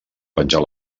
penjar